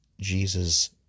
Jesus